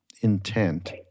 intent